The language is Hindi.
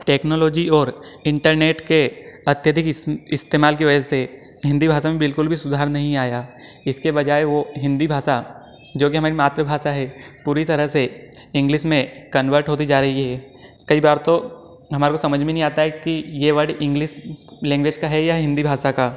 टेक्नोलॉजी और इंटरनेट के अत्यधिक इस्तेमाल की वजह से हिंदी भाषा में बिल्कुल भी सुधार नहीं आया इसके बजाय वह हिंदी भाषा जो कि हमारी मातृभाषा है पूरी तरह से इंग्लिश में कन्वर्ट होती जा रही है कई बार तो हमारे को समझ में नहीं आता है कि यह वर्ड इंग्लिश लैंग्वेज का है या हिंदी भाषा का